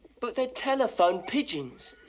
but they're telephone pigeons.